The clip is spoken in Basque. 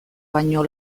baino